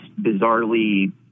bizarrely